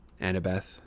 Annabeth